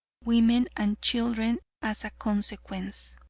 women and children as a consequence.